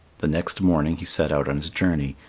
the next morning he set out on his journey.